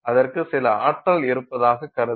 அதற்கு சில ஆற்றல் இருப்பதாக கருதலாம்